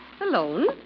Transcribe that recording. Alone